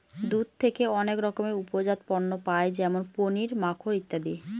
দুধ থেকে অনেক রকমের উপজাত পণ্য পায় যেমন পনির, মাখন ইত্যাদি